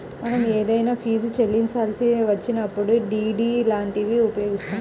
మనం ఏదైనా ఫీజుని చెల్లించాల్సి వచ్చినప్పుడు డి.డి లాంటివి ఉపయోగిత్తాం